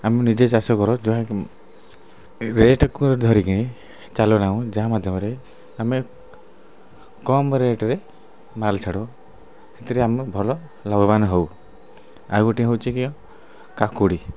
ଆମେ ନିଜେ ଚାଷ କର ଯାହା କି ରେଟ୍କୁ ଧରିକି ଚାଲୁ ନାହୁଁ ଯାହା ମାଧ୍ୟମରେ ଆମେ କମ୍ ରେଟ୍ରେ ମାଲ୍ ଛାଡ଼ୁ ସେଥିରେ ଆମେ ଭଲ ଲାଭବାନ୍ ହଉ ଆଉ ଗୋଟେ ହଉଛି କି କାକୁଡ଼ି